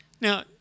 Now